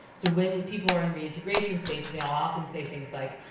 so when when people are in reintegration stage, they'll often say things like,